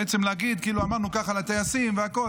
בעצם להגיד כאילו אמרנו ככה על הטייסים והכול,